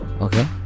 Okay